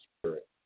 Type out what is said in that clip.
spirit